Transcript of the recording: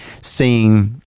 seeing